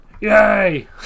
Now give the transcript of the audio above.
Yay